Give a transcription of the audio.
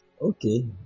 Okay